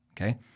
Okay